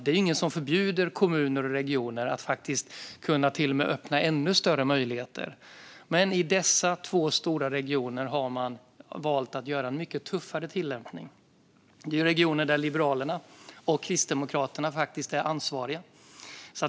Det är ingen som förbjuder kommuner och regioner att till och med öppna ännu större möjligheter. Men i dessa två stora regioner har man valt en mycket tuffare tillämpning. Det här är regioner där Liberalerna och Kristdemokraterna faktiskt är ansvariga.